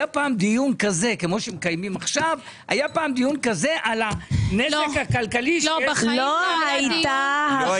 פעם דיון כזה כמו שמקיימים עכשיו על הנזק הכלכלי שיש לאזרחי המדינה?